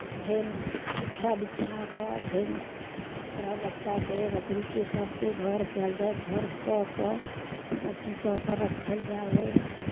फेन ओछरा बिछा कऽ फेन ओकरा बच्चाकेँ बकरीकेँ सभकेँ घर कयल जाइ हइ घर कऽ कऽ सभ चीज कऽ कऽ राखल जाइ हइ